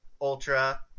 Ultra